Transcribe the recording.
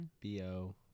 B-O